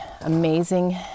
amazing